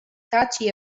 touchy